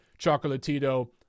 Chocolatito